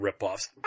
ripoffs